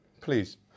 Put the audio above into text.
Please